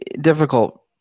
difficult